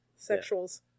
Sexuals